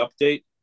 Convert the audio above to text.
update